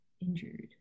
Injured